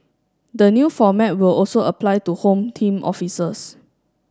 the new format will also apply to Home Team officers